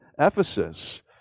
Ephesus